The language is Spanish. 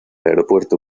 aeropuerto